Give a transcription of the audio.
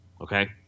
okay